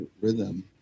rhythm